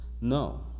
no